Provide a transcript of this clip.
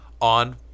on